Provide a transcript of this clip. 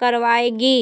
करवाएगी